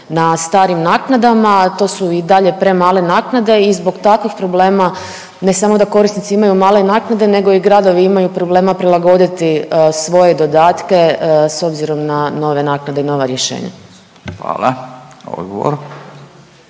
na starim naknadama, to su i dalje premale naknade i zbog takvih problema, ne samo da korisnici imaju male naknade, nego i gradovi imaju problema prilagoditi svoje dodatke s obzirom na nove naknade i nova rješenja. **Radin,